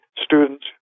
students